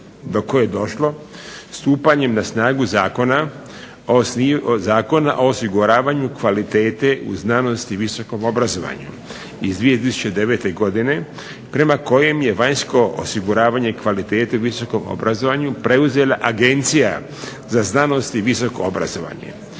koje je došlo stupanjem na snagu Zakona o osiguravanju kvalitete u znanosti i visokom obrazovanju iz 2009. godine prema kojem je vanjsko osiguravanje kvalitete visokom obrazovanju preuzela Agencija za znanost i visoko obrazovanje.